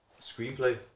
screenplay